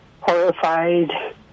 horrified